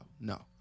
No